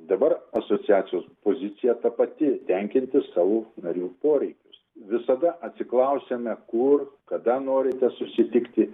dabar asociacijos pozicija ta pati tenkintis savo narių poreikius visada atsiklausiame kur kada norite susitikti